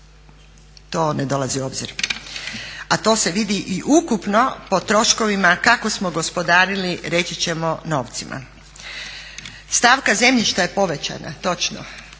to ne dolazi u obzir, a to se vidi i ukupno po troškovima kako smo gospodarili reći ćemo novcima. Stavka zemljišta je povećana. Točno,